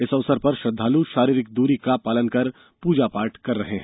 इस अवसर पर श्रद्धालु शारीरिक दूरी का पालन कर पूजापाठ कर रहे हैं